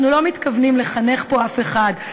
אנחנו לא מתכוונים לחנך פה אף אחד,